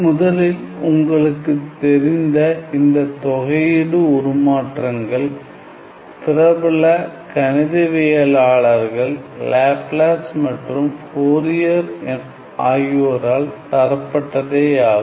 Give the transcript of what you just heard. முதலில் உங்களுக்குத் தெரிந்த இந்த தொகை உருமாற்றங்கள் பிரபல கணிதவியலாளர்கள் லேப்லாஸ் மற்றும் ஃபோரியர் ஆகியோரால் தரப்பட்டதேயாகும்